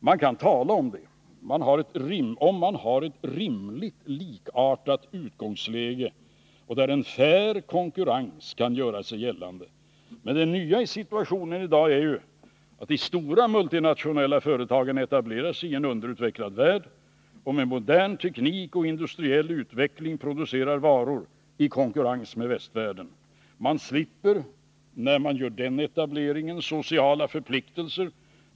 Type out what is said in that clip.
Man kan tala om en fri världshandel, om man har ett rimligt likartat utgångsläge, där en fair konkurrens kan göra sig gällande. Men det nya i situationen i dag är ju att de stora multinationella företagen etablerar sig i en underutvecklad värld och med modern teknik och industriell utveckling producerar varor i konkurrens med västvärlden. Man slipper, när man gör den etableringen, sociala förpliktelser.